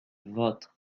vôtres